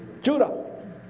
Judah